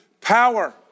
power